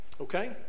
Okay